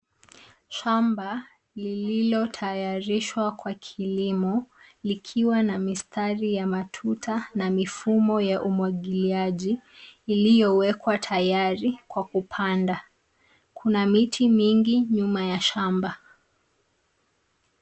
Shamba iliyotayarishwa kwa kilimo likiwa na mistari ya matuta na mifumo ya umwagiliaji iliyowekwa tayari kwa kupanda. Kuna miti mingi nyuma ya shamba.